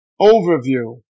Overview